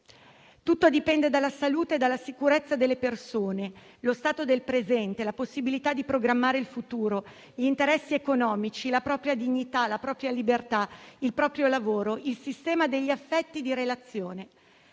«Tutto dipende dalla salute e dalla sicurezza delle persone: lo stato del presente, la possibilità di programmare il futuro, gli interessi economici, la propria dignità, la propria libertà, il proprio lavoro, il sistema degli affetti di relazione».